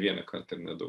vieną kartą nedaug